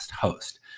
host